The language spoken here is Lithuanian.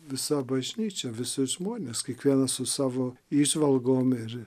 visa bažnyčia visi žmonės kiekvienas su savo įžvalgom ir